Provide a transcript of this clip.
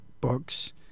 books